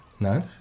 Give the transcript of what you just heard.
No